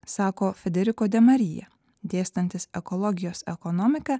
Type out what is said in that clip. sako federico demaria dėstantis ekologijos ekonomiką